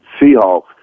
Seahawks